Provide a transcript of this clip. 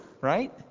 right